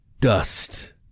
dust